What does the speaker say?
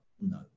No